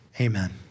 Amen